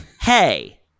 Hey